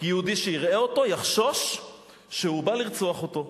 כי יהודי שיראה אותו יחשוש שהוא בא לרצוח אותו,